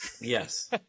yes